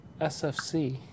SFC